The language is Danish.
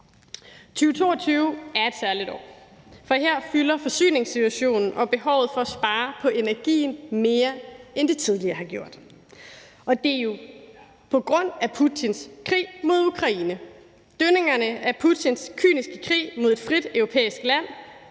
2022 er et særligt år, for her fylder forsyningssituationen og behovet for at spare på energien mere, end det tidligere har gjort, og det er jo på grund af Putins krig mod Ukraine. Dønningerne fra Putins kyniske krig mod et frit europæisk land